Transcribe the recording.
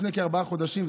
לפני כארבעה חודשים,